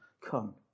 come